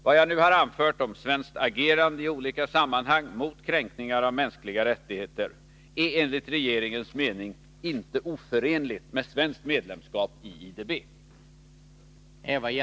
Vad jag nu har anfört om svenskt agerande i olika sammanhang mot kränkningar av mänskliga rättigheter är enligt regeringens mening inte oförenligt med svenskt medlemskap i IDB.